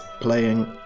playing